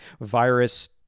virus